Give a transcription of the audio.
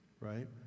Right